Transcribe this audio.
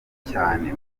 cyane